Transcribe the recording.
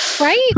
Right